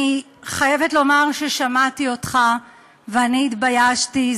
אני חייבת לומר ששמעתי אותך ואני התביישתי.